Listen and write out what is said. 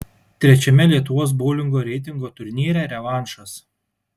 trečiame lietuvos boulingo reitingo turnyre revanšas